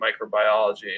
microbiology